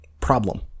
problem